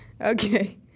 Okay